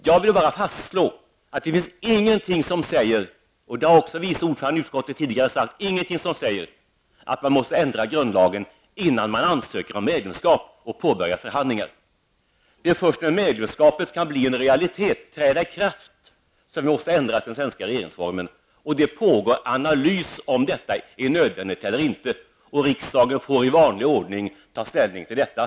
Jag vill bara fastslå -- liksom vice ordföranden i utrikesutskottet tidigare -- att det inte finns någonting som säger att man måste ändra grundlagen innan man ansöker om medlemskap och påbörjar förhandlingar. Det är först när medlemskapet skall träda i kraft som vi måste ändra den svenska regeringsformen. Det pågår nu en analys av ifall detta är nödvändigt eller inte. Riksdagen får i vanlig ordning ta ställning till detta.